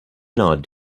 nod